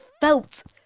felt